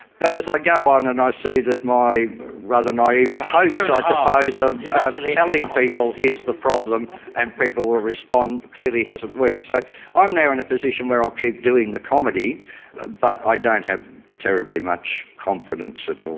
but as i go on and i see that my rather naive hopes ah i suppose of yeah telling people here's the problem and people will respond clearly hasn't worked. so i'm now in a position where i'll keep doing the comedy ah but i don't have terribly much confidence at all